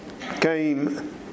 came